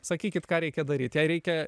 sakykit ką reikia daryt jai reikia